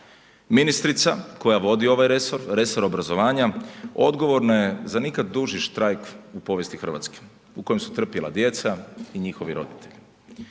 Ministrica koja vodi ovaj resor, resor obrazovanja odgovorna je za nikad duži štrajk u povijesti Hrvatske u kojem su trpjela djeca i njihovi roditelji.